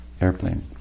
airplane